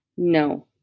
No